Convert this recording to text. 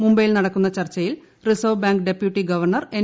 മുംബൈയിൽ നടക്കുന്ന ചർച്ചയിൽ Reserve Bank deputy governor N